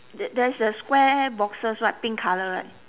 there there is the square boxes right pink colour right